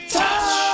touch